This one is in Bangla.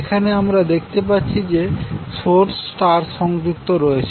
এখানে আমরা দেখতে পাচ্ছি যে সোর্স স্টার সংযুক্ত রয়েছে